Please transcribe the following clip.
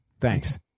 Thanks